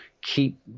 keep